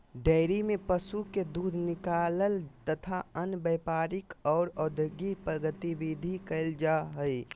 dairy में पशु के दूध निकालल तथा अन्य व्यापारिक आर औद्योगिक गतिविधि कईल जा हई